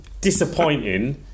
disappointing